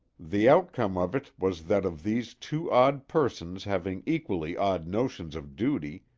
the outcome of it was that of these two odd persons having equally odd notions of duty,